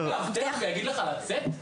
מאבטח ויגיד לך לצאת?